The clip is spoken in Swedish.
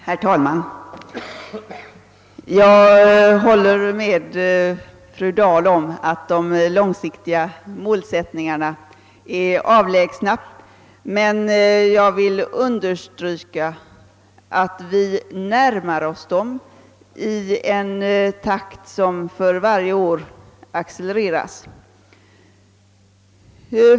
Herr talman! Jag håller med fru Dahl om att de långsiktiga målen är avlägsna, men jag vill understryka att vi närmar oss dem i en takt som för varje år accelereras.